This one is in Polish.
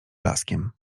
blaskiem